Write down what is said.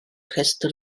rhestr